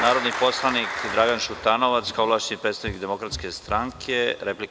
Narodni poslanik Dragan Šutanovac, kao ovlašćeni predstavnik Demokratske stranke, replika.